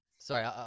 Sorry